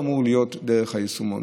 הוא לא אמור להיות דרך היישומון.